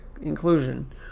inclusion